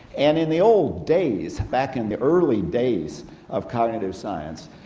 and in the old days, back in the early days of cognitive science,